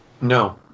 No